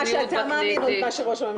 מה שאתה מאמין או מה שראש הממשלה מאמין?